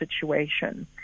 situation